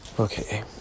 okay